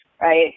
right